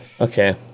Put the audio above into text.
Okay